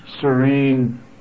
serene